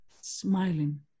Smiling